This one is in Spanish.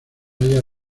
halla